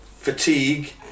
fatigue